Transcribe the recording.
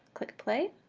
click play.